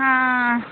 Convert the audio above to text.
आं